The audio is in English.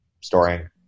storing